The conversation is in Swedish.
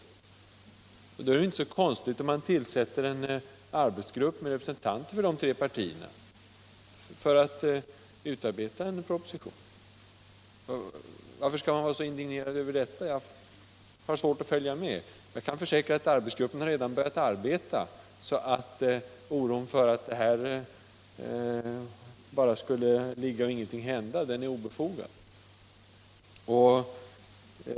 Då är det väl inte så konstigt om det tillsätts en arbetsgrupp med representanter för de tre partierna för att utarbeta en proposition. Varför skall man vara så indignerad över detta? Arbetsgruppen har redan börjat arbeta. Oron för att detta bara skulle ligga och ingenting hända är alltså obefogad.